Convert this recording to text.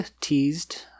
teased